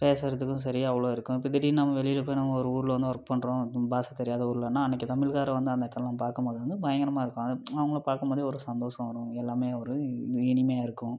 பேசுகிறதுக்கும் சரி அவ்வளோ இருக்கும் இப்போது திடிர்னு நாம் வெளியில் போய் நாம் ஒரு ஊரில் வந்து ஒர்க் பண்றோம் பாஷை தெரியாத ஊருலேனா அன்னிக்கு தமிழ்க்காரன் வந்து பார்க்கம்போது பயங்கரமாக இருக்கும் அவங்கள பார்க்கும்போது ஒரே சந்தோஷம் வரும் எல்லாமே ஒரு இனிமையாக இருக்கும்